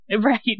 Right